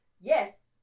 Yes